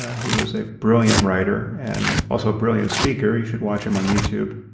he was a brilliant writer and also a brilliant speaker. you should watch him on youtube.